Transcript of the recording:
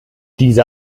diese